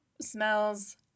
smells